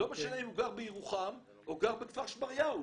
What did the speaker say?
לא משנה אם הוא גר בירוחם או גר בכפר שמריהו,